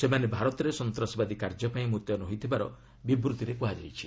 ସେମାନେ ଭାରତରେ ସନ୍ତାସବାଦୀ କାର୍ଯ୍ୟପାଇଁ ମ୍ବତୟନ ହୋଇଥିବାର ବିବୃତ୍ତିରେ କୃହାଯାଇଛି